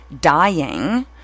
dying